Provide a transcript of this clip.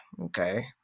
okay